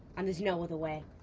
and there's no other way.